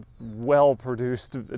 well-produced